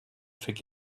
forget